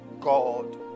God